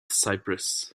cyprus